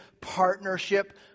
partnership